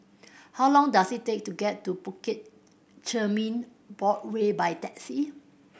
how long does it take to get to Bukit Chermin by taxi